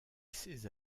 ses